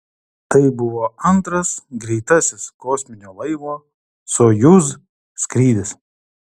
tai buvo antras greitasis kosminio laivo sojuz skrydis